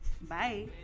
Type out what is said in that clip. Bye